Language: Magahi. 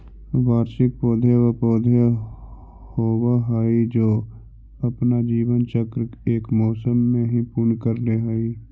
वार्षिक पौधे व पौधे होवअ हाई जो अपना जीवन चक्र एक मौसम में ही पूर्ण कर ले हई